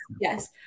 Yes